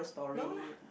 no lah